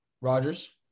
Rogers